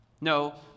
No